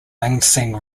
lansing